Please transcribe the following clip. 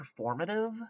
performative